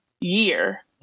year